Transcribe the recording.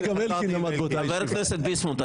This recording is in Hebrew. חבר הכנסת ביסמוט,